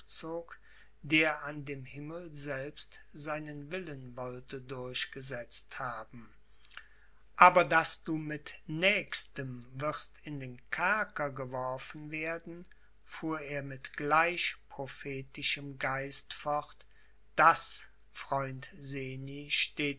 der an dem himmel selbst seinen willen wollte durchgesetzt haben aber daß du mit nächstem wirst in den kerker geworfen werden fuhr er mit gleich prophetischem geist fort das freund seni steht